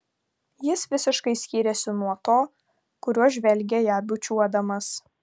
jis visiškai skyrėsi nuo to kuriuo žvelgė ją bučiuodamas